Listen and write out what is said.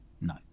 No